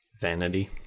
Vanity